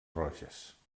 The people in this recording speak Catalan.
roges